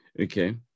Okay